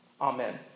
Amen